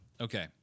okay